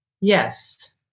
Yes